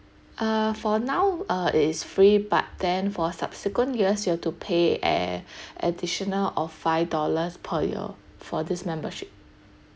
uh for now uh it is free but then for subsequent years you have to pay a additional of five dollars per year for this membership